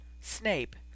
SNAPE